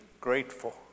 grateful